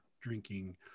drinking